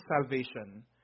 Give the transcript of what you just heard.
salvation